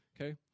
Okay